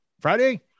Friday